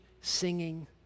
singing